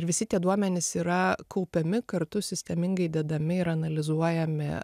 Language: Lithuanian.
ir visi tie duomenys yra kaupiami kartu sistemingai dedami ir analizuojami